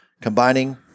combining